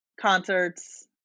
concerts